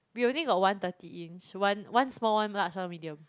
we only got one thirty inch one one small one large one medium